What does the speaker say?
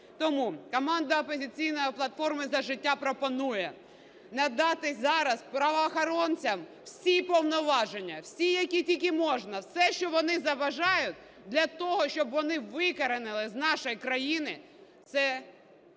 Тому команда "Опозиційної платформи – За життя" пропонує надати зараз правоохоронцям всі повноваження, всі, які тільки можна, все, що вони забажають, для того, щоб вони викоренили з нашої країни цю ганьбу.